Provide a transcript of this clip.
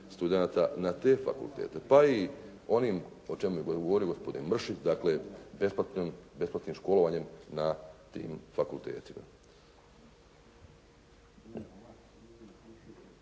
na te fakultete pa i onim o čemu je govorio gospodin Mršić, dakle besplatnim školovanjem na tim fakultetima.